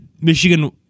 michigan